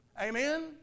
Amen